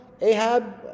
Ahab